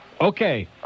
Okay